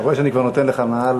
אתה רואה שאני כבר נותן לך מעל,